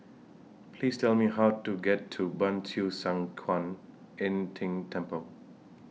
Please Tell Me How to get to Ban Siew San Kuan Im Tng Temple